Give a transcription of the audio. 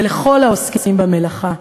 ולכל העוסקים במלאכה,